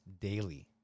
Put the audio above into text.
daily